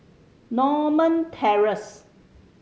Norma Terrace